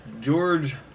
George